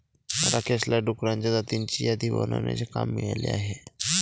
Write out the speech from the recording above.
राकेशला डुकरांच्या जातींची यादी बनवण्याचे काम मिळाले आहे